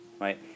right